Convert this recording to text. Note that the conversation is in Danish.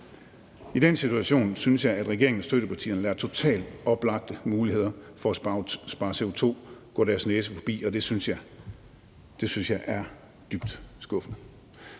I den situation synes jeg at regeringens støttepartier lader totalt oplagte muligheder for at spare CO2 gå deres næse forbi, og det synes jeg er dybt skuffende.